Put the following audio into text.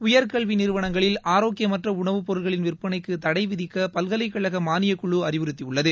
உயர்கல்வி நிறுவனங்களில் ஆரோக்கியமற்ற உணவுப்பொருட்களின் விற்பனைக்கு தடை விதிக்க பல்கலைக்கழக மானியக்குழு அறிவுறுத்தியுள்ளது